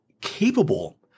capable